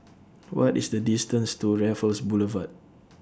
What IS The distance to Raffles Boulevard